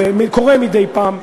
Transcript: זה קורה מדי פעם,